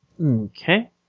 Okay